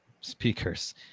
speakers